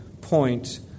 point